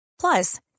Plus